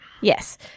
Yes